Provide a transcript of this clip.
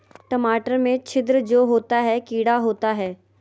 टमाटर में छिद्र जो होता है किडा होता है?